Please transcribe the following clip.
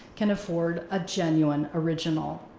can afford a genuine original.